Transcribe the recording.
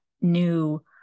new